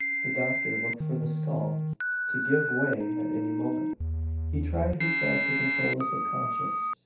the doctor looked for the skull to give way at any moment he tried his best to control the subconscious,